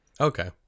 Okay